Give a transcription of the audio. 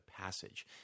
passage